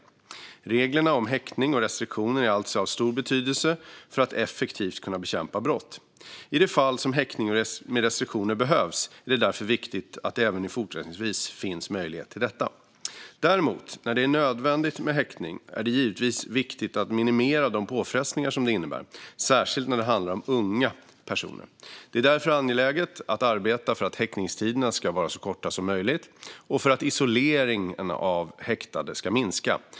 Reglerna om häktning och restriktioner är alltså av stor betydelse för att effektivt kunna bekämpa brott. I de fall häktning med restriktioner behövs är det därför viktigt att det även fortsättningsvis finns möjlighet till detta. Däremot är det givetvis, när det är nödvändigt med häktning, viktigt att minimera de påfrestningar detta innebär, särskilt när det handlar om unga personer. Det är därför angeläget, inte minst ur ett barnrättsperspektiv, att arbeta för att häktningstiderna ska vara så korta som möjligt och för att isoleringen av häktade ska minska.